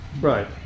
Right